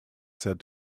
said